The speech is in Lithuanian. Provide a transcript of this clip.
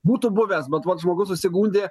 būtų buvęs bet vat žmogus susigundė